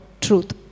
truth